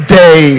day